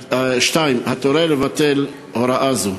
2. האם תורה לבטל הוראה זו?